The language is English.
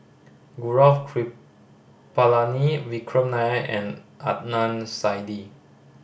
Gaurav Kripalani Vikram Nair and Adnan Saidi